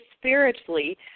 spiritually